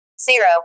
zero